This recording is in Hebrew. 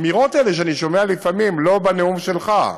האמירות האלה, שאני שומע לפעמים, לא בנאום שלך,